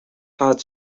had